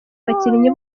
bakinnyi